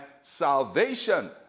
salvation